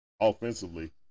offensively